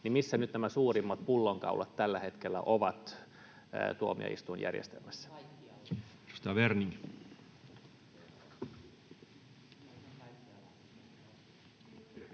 niin missä nyt nämä suurimmat pullonkaulat tällä hetkellä ovat tuomioistuinjärjestelmässä?